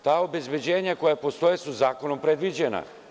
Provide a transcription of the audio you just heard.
Ta obezbeđenja koja postoje su zakonom predviđena.